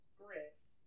grits